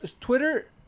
Twitter